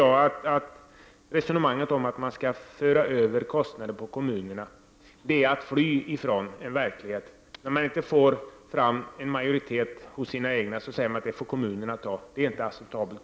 Jag tycker att resonemanget om att kostnader skall föras över på kommunerna är ett sätt att fly från verkligheten. När socialdemokraterna inte får majoritet för sina egna förslag, då säger de att kommunerna skall ta över ansvaret för åtgärderna. Det är inte acceptabelt.